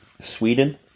Sweden